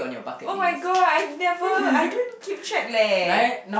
oh-my-god I never I don't keep track leh